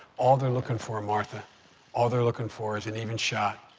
all they're looking for, martha all they're looking for is an even shot.